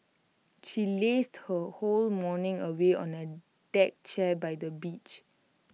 she lazed her whole morning away on A deck chair by the beach